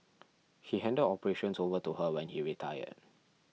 he handed operations over to her when he retired